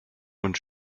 und